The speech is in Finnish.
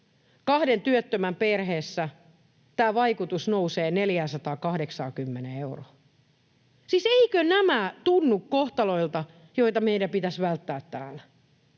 kahden työttömän perheessä tämän vaikutus nousee 480 euroon. Siis eivätkö nämä tunnu kohtaloilta, joita meidän pitäisi välttää täällä?